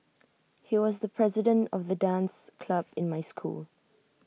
he was the president of the dance club in my school